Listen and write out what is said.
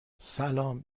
سلام